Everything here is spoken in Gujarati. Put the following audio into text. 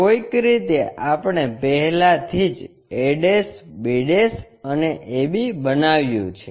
કોઈક રીતે આપણે પહેલાથી જ a b અને AB બનાવ્યું છે